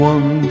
One